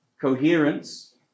coherence